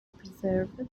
preserved